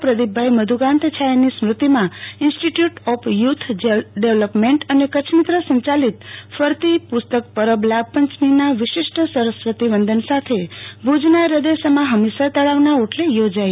પ્રદીપભાઈ મધુકાન્ત છાયાની સ્મૃતિમાં institute of youth development અને કચ્છમિત્ર સંચાલિત ફરતી પુસ્તક પરબ લાભપંચમીના વિશિષ્ટ સરસ્વતી વંદન સાથે ભુજના હૃદય સમા હમીરસર તળાવના ઓટલે યોજાઈ